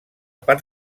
part